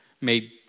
made